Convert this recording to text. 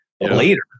later